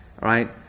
right